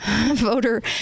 voter